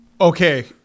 Okay